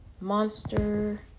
Monster